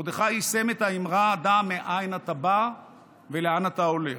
מרדכי יישם את האמרה "דע מאין אתה בא ולאן אתה הולך".